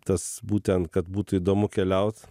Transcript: tas būtent kad būtų įdomu keliaut